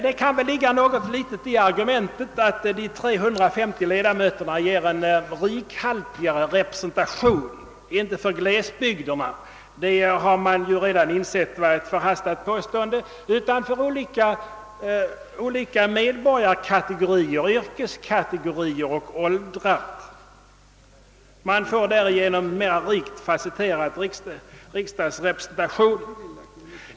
Det kan väl ligga något litet i argumentet att de 350 ledamöterna ger en rikhaltigare representation, inte för glesbygderna, ty man har redan insett att detta var ett förhastat påstående, utan för olika medborgarkategorier, yrkeskategorier och åldrar. Man får därigenom en mera rikt fasetterad representation.